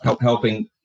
helping